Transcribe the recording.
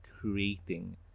creating